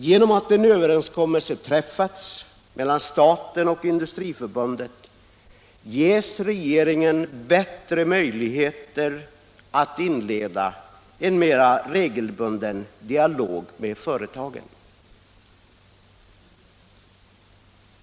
Genom att en överenskommelse har träffats mellan staten och Industriförbundet ges regeringen bättre möjligheter att inleda en mer regelbunden dialog med företagen.